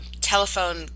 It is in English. Telephone